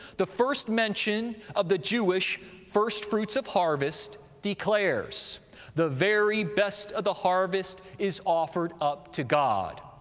the first mention of the jewish first fruits of harvest declares the very best of the harvest is offered up to god.